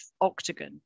octagon